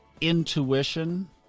intuition